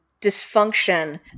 dysfunction